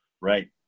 Right